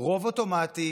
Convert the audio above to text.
רוב אוטומטי